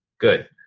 Good